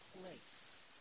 place